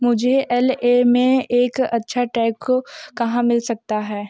मुझे L A में एक अच्छा टैको कहाँ मिल सकता है